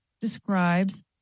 describes